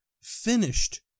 finished